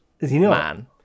man